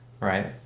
right